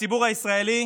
הציבור הישראלי